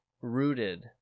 rooted